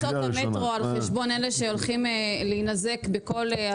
מימון הוצאות המטרו על חשבון אלה שהולכים להינזק בכל דבר.